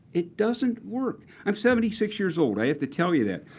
it doesn't work. i'm seventy six years old. i have to tell you that.